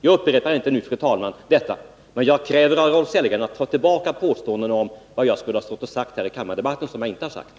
Jag upprepar inte argumenten nu, fru talman, men jag kräver av Rolf Sellgren att han tar tillbaka de felaktiga påståendena om vad jag skulle ha stått och sagt här under kammardebatten.